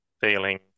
feeling